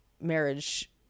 marriage